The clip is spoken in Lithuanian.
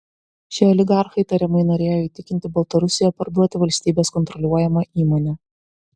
šie oligarchai tariamai norėjo įtikinti baltarusiją parduoti valstybės kontroliuojamą įmonę